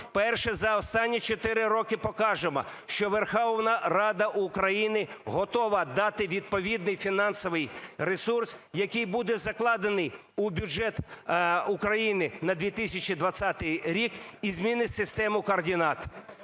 вперше за останні 4 роки покажемо, що Верховна Рада України готова дати відповідний фінансовий ресурс, який буде закладений у бюджет України на 2020 рік і змінить систему координат.